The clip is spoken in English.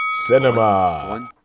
cinema